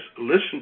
listen